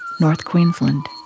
north queensland,